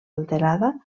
alterada